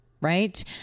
right